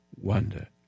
wonder